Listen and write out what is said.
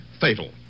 fatal